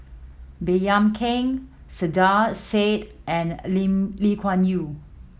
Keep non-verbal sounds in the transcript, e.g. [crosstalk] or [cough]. Baey Yam Keng Saiedah Said and [unintelligible] Lee Kuan Yew